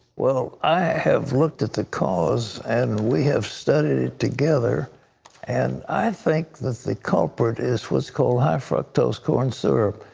i have looked at the cause and we have studied it together and i think that the culprit is what's called high fructose corn sir